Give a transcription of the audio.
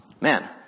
Man